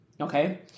okay